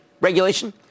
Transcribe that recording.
regulation